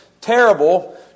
terrible